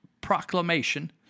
proclamation